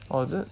oh is it